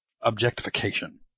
objectification